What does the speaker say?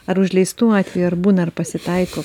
ar užleistų atvejų ar būna ir pasitaiko